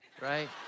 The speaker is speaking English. right